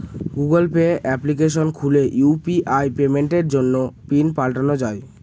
Google Pay application খুলে UPI পেমেন্টের জন্য পিন পাল্টানো যাই